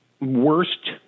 worst